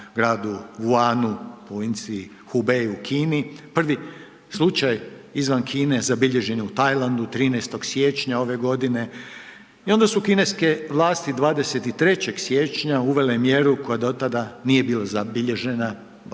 gradu Wuhanu, provinciji Hubei u Kini. Prvi slučaj izvan Kine zabilježen je u Tajlandu 13. siječnja ove godine i onda su kineske vlasti 23. siječnja uvele mjeru koja do tada nije bila zabilježena, barem